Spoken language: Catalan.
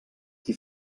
qui